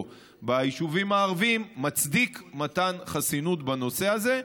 ביישובים הערביים מצדיק מתן חסינות בנושא הזה,